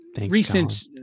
recent